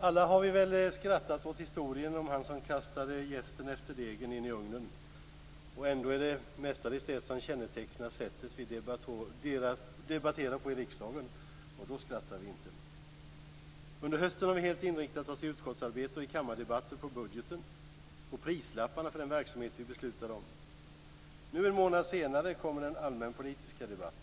Alla har vi väl skrattat åt historien om mannen som kastade jästen efter degen in i ugnen. Ändå är det mestadels det som kännetecknar sättet vi debatterar på i riksdagen, och då skrattar vi inte. Under hösten har vi i utskottsarbete och i kammardebatter helt inriktat oss på budgeten, på prislapparna för den verksamhet som vi beslutar om. Nu en månad senare kommer den allmänpolitiska debatten.